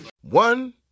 One